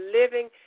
living